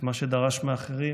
את מה שדרש מאחרים,